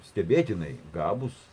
stebėtinai gabūs